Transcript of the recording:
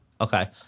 Okay